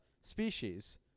Species